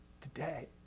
today